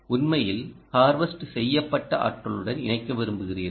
உண்மையில் ஹார்வெஸ்ட் செய்யப்பட்ட ஆற்றலுடன் இணைக்க விரும்புகிறீர்கள்